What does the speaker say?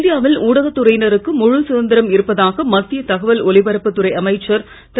இந்தியாவில் ஊடகத் துறையினருக்கு முழு சுதந்திரம் இருப்பதாக மத்திய தகவல் ஒலிபரப்புத் துறை அமைச்சர் திரு